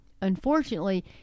Unfortunately